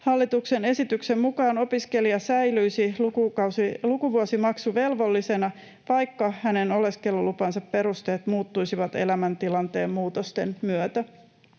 Hallituksen esityksen mukaan opiskelija säilyisi lukuvuosimaksuvelvollisena, vaikka hänen oleskelulupansa perusteet muuttuisivat elämäntilanteen muutosten myötä.